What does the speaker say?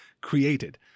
created